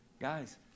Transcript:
Guys